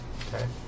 Okay